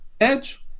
Edge